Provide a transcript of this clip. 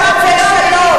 את הצד שרוצה שלום.